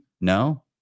No